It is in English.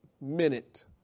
minute